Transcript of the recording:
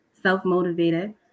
self-motivated